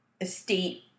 estate